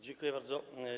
Dziękuję bardzo.